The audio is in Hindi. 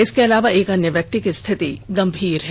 इसके अलावा एक अन्य व्यक्ति की रिथति गंभीर है